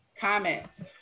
Comments